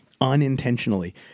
Unintentionally